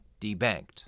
debanked